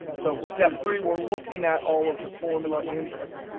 so, step three, we're looking at all of the formula inputs.